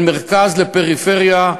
בין מרכז לפריפריה.